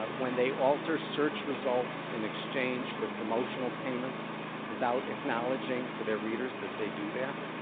but when they alter search results in exchange for promotional payments without acknowledgi ng to their readers that they do that?